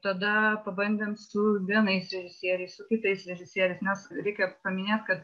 tada pabandėm su vienais režisieriai su kitais režisieriais nes reikia paminėt kad